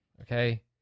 Okay